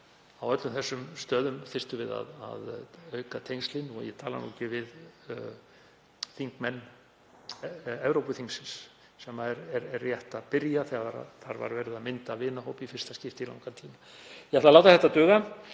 á öllum þessum stöðum þyrftum við að auka tengslin og ég tala nú ekki um við þingmenn Evrópuþingsins, sem er rétt að byrja því að þar var verið að mynda vinahóp í fyrsta skipti í langan tíma. Ég ætla að láta þetta duga